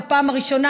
בפעם הראשונה,